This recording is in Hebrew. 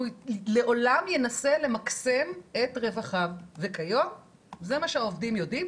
הוא לעולם ינסה למקסם את רווחיו וכיום זה מה שהעובדים יודעים,